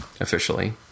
officially